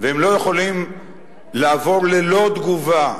והם לא יכולים לעבור ללא תגובה.